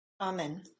Amen